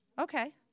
Okay